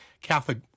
Catholic